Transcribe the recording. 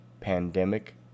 pandemic